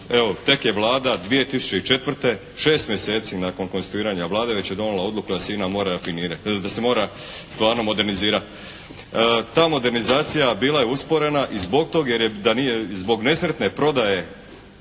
evo tek je Vlada 2004. 6 mjeseci nakon konstruiranja Vlade već je donijela odluku da se INA mora rafinirati, da se mora stvarno modernizirati. Ta modernizacija bila je usporena i zbog tog da nije, zbog nesretne prodaje